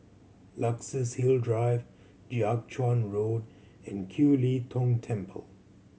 Luxus Hill Drive Jiak Chuan Road and Kiew Lee Tong Temple